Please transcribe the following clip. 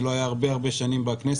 שלא היה כבר המון המון שנים בכנסת,